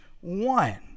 one